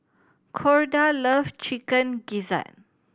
Corda loves Chicken Gizzard